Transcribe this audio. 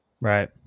Right